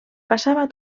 passava